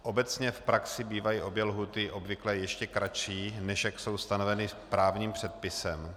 Obecně v praxi bývají obě lhůty obvykle ještě kratší, než jak jsou stanoveny právním předpisem.